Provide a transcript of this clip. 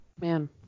Man